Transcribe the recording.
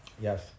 Yes